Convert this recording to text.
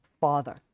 father